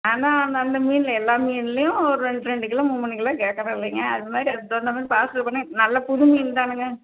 ஆனால் அந்த மீனில் எல்லா மீன்லேயும் ஒரு ரெண்டு ரெண்டு கிலோ மூணு மூணு கிலோ கேட்குறேன் இல்லைங்க அதுமாதிரி அதுக்கு தகுந்த மாதிரி பார்சல் பண்ணி நல்லா புது மீன் தானுங்க